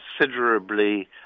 considerably